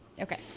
Okay